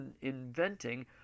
inventing